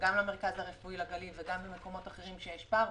גם למרכז הרפואי וגם למקומות אחרים שיש בהם פער,